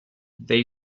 they